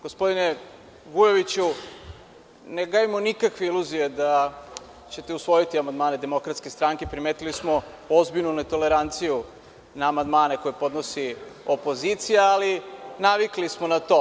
Gospodine Vujoviću, ne gajimo nikakve iluzije da ćete usvojiti amandmane DS, primetili smo ozbiljnu netoleranciju na amandmane koje podnosi opozicija, ali, navikli smo na to.